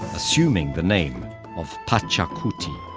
assuming the name of pachacuti,